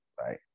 right